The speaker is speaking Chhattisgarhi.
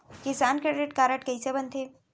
किसान क्रेडिट कारड कइसे बनथे?